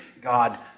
God